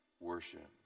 worship